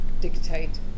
dictate